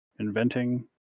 inventing